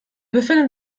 befindet